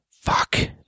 fuck